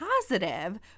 positive